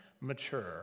mature